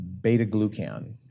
beta-glucan